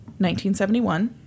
1971